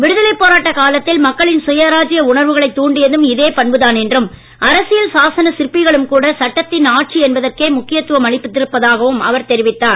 விடுதலைப் போராட்ட காலத்தில் மக்களின் சுயராஜ்ய உணர்வுகளைத் தூண்டியதும் இதே பண்புதான் என்றும் அரசியல் சாசன சிற்பிகளும் கூட சட்டத்தின் ஆட்சி என்பதற்கே முக்கியத்துவம் அளித்திருப்பதாகவும் அவர் தெரிவித்தார்